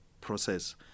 process